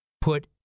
put